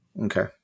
Okay